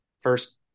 first